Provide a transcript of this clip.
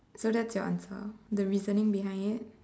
so that's your answer the reasoning behind it